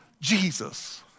Jesus